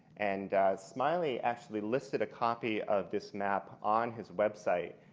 and smiley actually listed a copy of this map on his website.